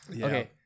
okay